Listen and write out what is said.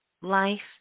life